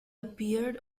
appeared